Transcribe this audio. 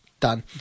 Done